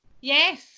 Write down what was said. Yes